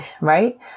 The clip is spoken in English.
Right